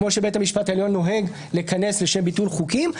כמו שבית המשפט העליון נוהג לכנס לשם ביטול חוקים.